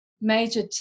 major